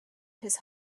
his